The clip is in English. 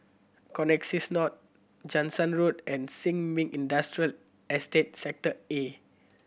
Connexis North Jansen Road and Sin Ming Industrial Estate Sector A